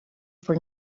for